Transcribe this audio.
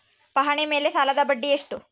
ಪಹಣಿ ಮೇಲೆ ಸಾಲದ ಬಡ್ಡಿ ಎಷ್ಟು?